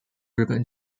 日本